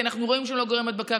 כי אנחנו רואים שהם לא גורם הדבקה.